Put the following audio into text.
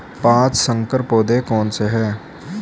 पाँच संकर पौधे कौन से हैं?